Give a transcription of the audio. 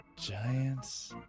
Giants